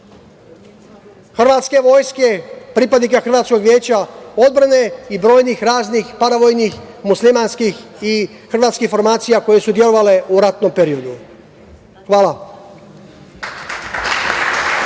hrvatske Vojske, pripadnika hrvatskog veća, odbrane i brojnih raznih paravojnih muslimanskih i hrvatskih formacija koje su delovale u ratnom periodu. Hvala.